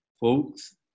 folks